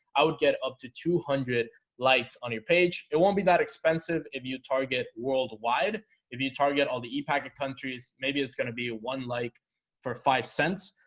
i would get up to two hundred likes on your page, it won't be that expensive if you target worldwide if you target all the e packet countries maybe it's gonna be one like for five cents.